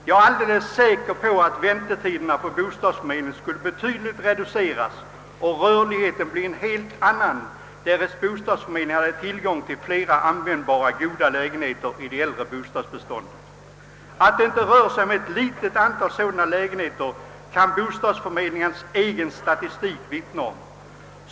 Jag är alldeles säker på att väntetiderna vid bostadsförmedlingarna skulle reduceras betydligt och att rörligheten skulle bli en helt annan, om bostadsförmedlingarna hade tillgång till flera användbara, goda lägenheter i det äldre bostadsbeståndet. Att det inte rör sig om ett litet antal sådana lägenheter kan bostadsförmedlingarnas egen statistik vittna om.